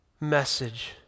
message